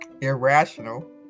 irrational